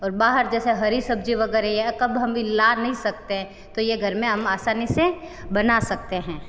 और बाहर जैसे हरी सब्जी वगैरह यह कब हम ला नहीं सकते तो ये घर में हम आसानी से बना सकते हैं